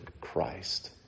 Christ